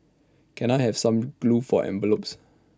can I have some glue for envelopes